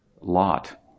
lot